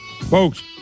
Folks